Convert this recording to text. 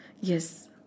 Yes